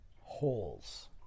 holes